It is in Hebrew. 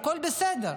הכול בסדר,